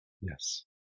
Yes